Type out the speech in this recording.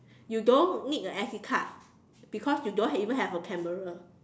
you don't need a S_D card because you don't even have a camera